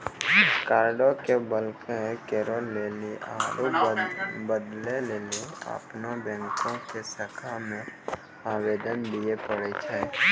कार्डो के ब्लाक करे लेली आरु बदलै लेली अपनो बैंको के शाखा मे आवेदन दिये पड़ै छै